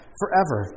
forever